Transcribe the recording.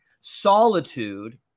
solitude